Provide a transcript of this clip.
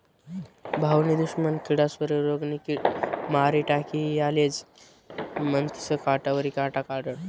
भाऊनी दुश्मन किडास्वरी रोगनी किड मारी टाकी यालेज म्हनतंस काटावरी काटा काढनं